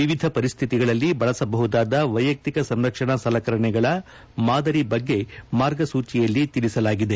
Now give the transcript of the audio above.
ವಿವಿಧ ಪರಿಸ್ಥಿತಿಗಳಲ್ಲಿ ಬಳಸಬಹುದಾದ ವ್ಲೆಯಕ್ತಿಕ ಸಂರಕ್ಷಣಾ ಸಲಕರಣಿಗಳ ಮಾದರಿ ಬಗ್ಗೆ ಮಾರ್ಗಸೂಚಿಯಲ್ಲಿ ತಿಳಿಸಲಾಗಿದೆ